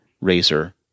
razor